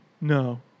No